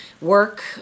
work